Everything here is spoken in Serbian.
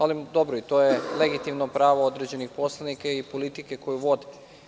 Ali, dobro, to je legitimno pravo određenih poslanika i politike koju vode.